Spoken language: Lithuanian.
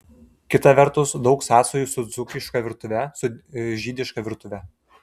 kita vertus daug sąsajų su dzūkiška virtuve su žydiška virtuve